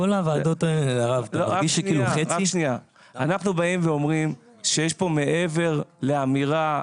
אנחנו אומרים שיש פה מעבר לאמירה.